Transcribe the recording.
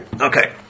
Okay